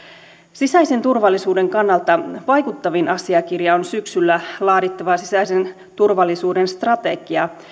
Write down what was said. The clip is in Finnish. sisäisen turvallisuuden kannalta vaikuttavin asiakirja on syksyllä laadittava sisäisen turvallisuuden strategia